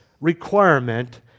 requirement